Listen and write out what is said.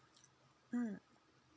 mm